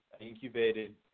incubated